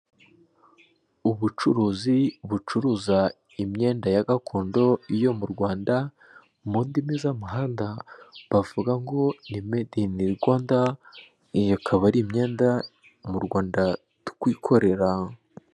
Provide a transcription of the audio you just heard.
Ubucuruzi bucuruza imyenda ya gakondo iyo mu rwanda mu ndimi z'amahanga bavuga ngo ni made ini rwanda iyo akaba ari imyenda mu rwanda twikorera.